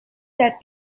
that